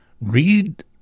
read